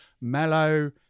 mellow